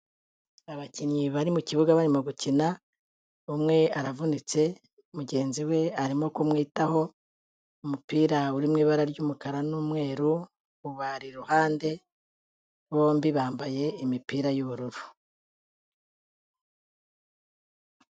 Abakinnyi bari mu kibuga barimo gukina, umwe aravunitse mugenzi we arimo kumwitaho, umupira uri mu ibara ry'umukara n'umweru ubari iruhande bombi bambaye imipira y'ubururu.